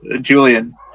Julian